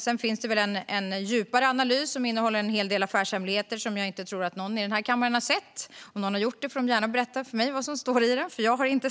Sedan finns en djupare analys som innehåller en hel del affärshemligheter, som jag inte tror att någon i kammaren har sett. Om någon har gjort det får denne gärna berätta för mig vad som står där.